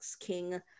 King